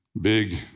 Big